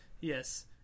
yes